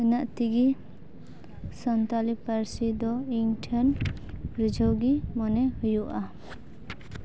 ᱤᱱᱟᱹᱜ ᱛᱮᱜᱤ ᱥᱟᱱᱛᱟᱲᱤ ᱯᱟᱹᱨᱥᱤ ᱫᱚ ᱤᱧ ᱴᱷᱮᱱ ᱨᱤᱡᱷᱟᱹᱣ ᱜᱮ ᱢᱚᱱᱮ ᱦᱩᱭᱩᱜᱼᱟ